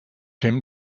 him